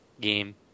game